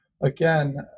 again